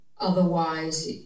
otherwise